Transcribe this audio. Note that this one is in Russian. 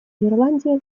ирландия